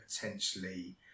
potentially